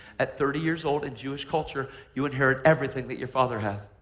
at thirty years old in jewish culture, you inherit everything that your father has.